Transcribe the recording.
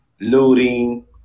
looting